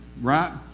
right